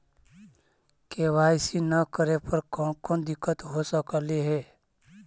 KYC न करे पर कौन कौन दिक्कत हो सकले हे?